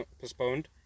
postponed